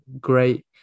great